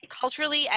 culturally